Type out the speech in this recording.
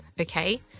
okay